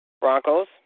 Broncos